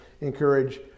encourage